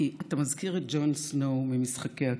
כי אתה מזכיר את ג'ון סנואו ממשחקי הכס.